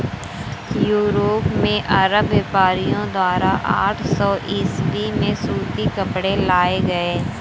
Europe में अरब व्यापारियों द्वारा आठ सौ ईसवी में सूती कपड़े लाए गए